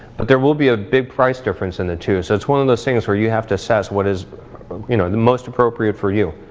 but there will be a big price difference in the two, so it's one of those things were you have to assess what is you know most appropriate for you.